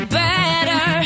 better